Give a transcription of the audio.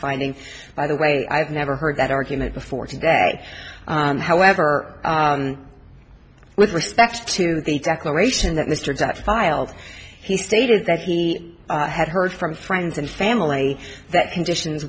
finding by the way i've never heard that argument before today however with respect to the declaration that mr that filed he stated that he had heard from friends and family that conditions